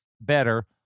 better